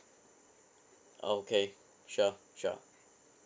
okay sure sure